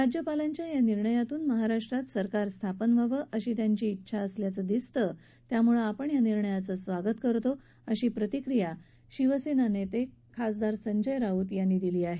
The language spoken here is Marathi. राज्यापालांच्या या निर्णयातून महाराष्ट्रात सरकार स्थापन व्हावं अशी त्यांची इच्छा असल्याचं दिसतं त्यामुळे त्यांच्या या निर्णयाचं आपण स्वागत करतो अशी प्रतिक्रिया शिवसेना नेते खासदार संजय राऊत यांनी दिली आहे